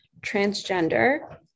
transgender